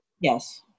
Yes